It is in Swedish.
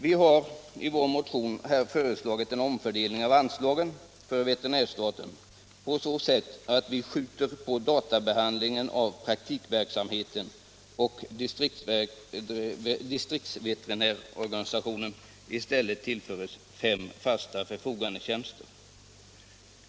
Vi har i vår motion föreslagit en omfördelning av anslagen till veterinärstaten på så sätt att vi skjuter på databehandlingen av praktikverksamheten, så att distriktsveterinärsorganisationen i stället kan tillföras fem fasta förfogandetjänster.